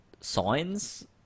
signs